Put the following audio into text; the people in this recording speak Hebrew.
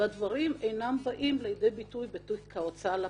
והדברים אינם באים לידי ביטוי בתיק ההוצאה לפועל.